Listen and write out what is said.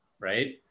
right